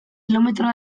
kilometro